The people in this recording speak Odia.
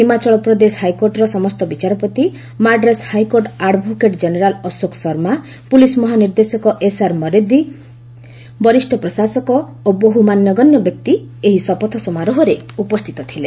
ହିମାଚଳ ପ୍ରଦେଶ ହାଇକୋର୍ଟର ସମସ୍ତ ବିଚାରପତି Madras high court advocate general Ashok Sharma police ମହାନିର୍ଦ୍ଦେଶକ ଏସ୍ଆର୍ ମର୍ଦି ବରିଷ୍ଠ ପ୍ରଶାସକ ଓ ବହୁ ମାନ୍ୟଗଣ୍ୟ ବ୍ୟକ୍ତି ଏହି ଶପଥ ସମାରୋହରେ ଉପସ୍ଥିତ ଥିଲେ